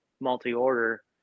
multi-order